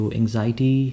anxiety